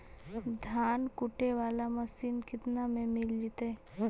धान कुटे बाला मशीन केतना में मिल जइतै?